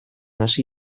hasi